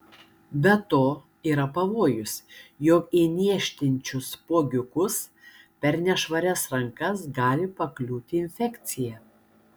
be to yra pavojus jog į niežtinčius spuogiukus per nešvarias rankas gali pakliūti infekcija